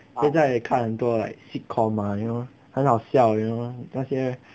现在看很多 like sitcoms lah you know 很好笑 you know 那些